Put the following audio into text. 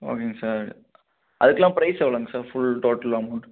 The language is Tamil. ஓகேங்க சார் அதுக்கெலாம் ப்ரைஸ் எவ்வளோங்க சார் ஃபுல் டோட்டல் அமௌண்ட்